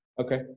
Okay